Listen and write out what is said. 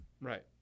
Right